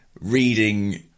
reading